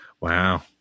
Wow